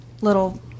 little